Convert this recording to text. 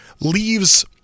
leaves –